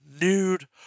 nude